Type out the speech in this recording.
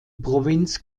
provinz